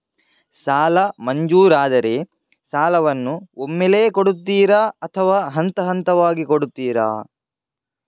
ಸಾಲ ಮಂಜೂರಾದರೆ ಸಾಲವನ್ನು ಒಮ್ಮೆಲೇ ಕೊಡುತ್ತೀರಾ ಅಥವಾ ಹಂತಹಂತವಾಗಿ ಕೊಡುತ್ತೀರಾ?